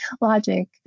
logic